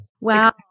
Wow